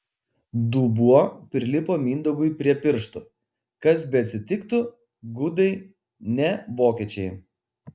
dubuo prilipo mindaugui prie pirštų kas beatsitiktų gudai ne vokiečiai